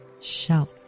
shout